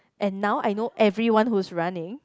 and now I know everyone who's running